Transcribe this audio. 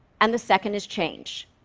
and the second is change.